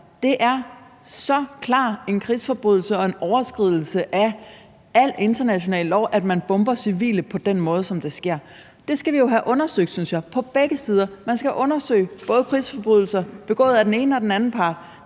det er så klar en krigsforbrydelse og overskridelse af al international lov, at man bomber civile på den måde, som det sker. Det skal vi jo have undersøgt, synes jeg, på begge sider. Man skal undersøge krigsforbrydelser begået af både den ene og den anden part.